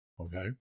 Okay